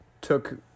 took